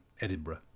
Edinburgh